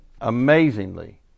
amazingly